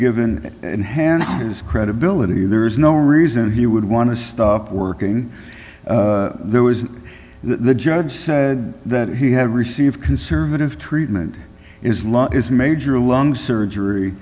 given in hand his credibility there is no reason he would want to stop working there was the judge said that he had received conservative treatment is law is major lung surgery